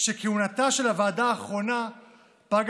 כהונתה של הוועדה האחרונה פגה